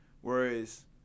Whereas